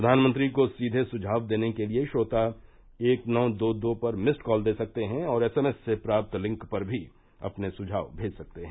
प्रधानमंत्री को सीधे सुझाव देने के लिए श्रोता एक नौ दो दो पर मिस्ड कॉल दे सकते हैं और एसएमएस से प्राप्त लिंक पर भी अपने सुझाव भेज सकते हैं